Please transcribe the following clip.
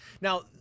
Now